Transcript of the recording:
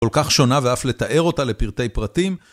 כל כך שונה ואף לתאר אותה לפרטי פרטים.